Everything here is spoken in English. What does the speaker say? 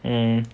mm